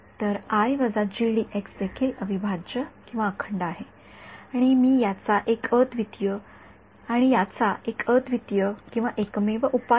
तर देखील अविभाज्यअखंड आहे आणि याचा एक अद्वितीयएकमेव उपाय आहे